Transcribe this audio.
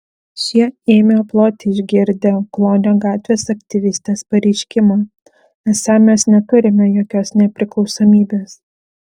šie ėmė ploti išgirdę klonio gatvės aktyvistės pareiškimą esą mes neturime jokios nepriklausomybės